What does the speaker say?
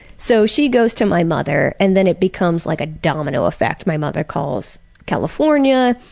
so she goes to my mother and then it becomes like a domino affect. my mother calls california.